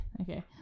Okay